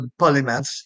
polymaths